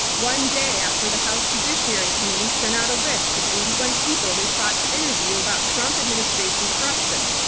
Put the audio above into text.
one day after the house judiciary committee sent out a list of eighty one people they sought to interview about trump administration corruption,